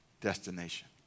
destination